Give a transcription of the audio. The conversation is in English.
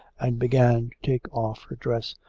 and began to take off her dress,